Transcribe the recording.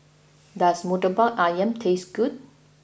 does Murtabak Ayam taste good